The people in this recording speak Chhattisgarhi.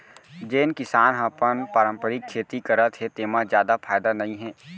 जेन किसान ह अपन पारंपरिक खेती करत हे तेमा जादा फायदा नइ हे